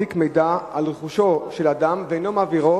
מחזיק מידע על רכושו של אדם ואינו מעבירו,